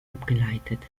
abgeleitet